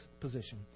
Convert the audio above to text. position